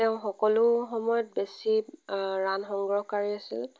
তেওঁ সকলো সময়ত বেছি ৰাণ সংগ্ৰহকাৰী আছিল